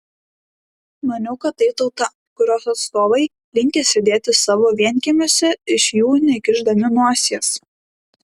maniau kad tai tauta kurios atstovai linkę sėdėti savo vienkiemiuose iš jų nekišdami nosies